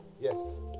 Yes